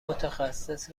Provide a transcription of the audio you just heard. متخصص